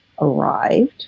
arrived